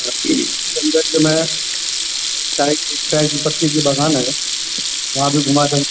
چائے کی چائے کی پتی کے جو باغان ہیں وہاں بھی گھما دیں گے